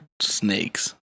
snakes